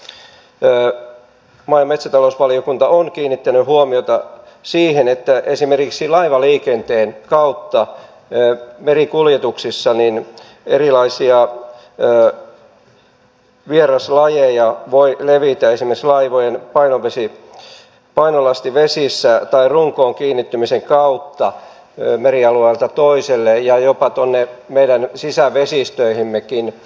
se on se että maa ja metsätalousvaliokunta on kiinnittänyt huomiota siihen että esimerkiksi laivaliikenteen kautta merikuljetuksissa erilaisia vieraslajeja voi levitä esimerkiksi laivojen painolastivesissä tai runkoon kiinnittymisen kautta merialueelta toiselle ja jopa tuonne meidän sisävesistöihimmekin